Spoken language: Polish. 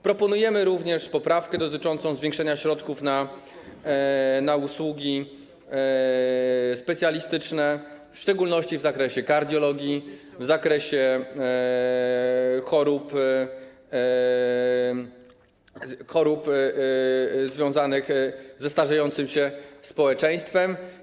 Proponujemy także poprawkę dotyczącą zwiększenia środków na usługi specjalistyczne, w szczególności w zakresie kardiologii, w zakresie chorób związanych ze starzeniem się społeczeństwa.